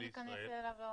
למה לא ניכנס אליו לעומק?